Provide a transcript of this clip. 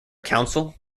council